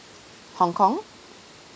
hong kong